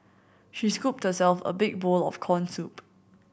she scooped herself a big bowl of corn soup